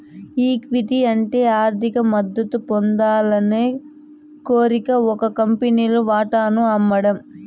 equity అంటే ఆర్థిక మద్దతు పొందాలనే కోరికతో ఒక కంపెనీలు వాటాను అమ్మడం